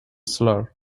slur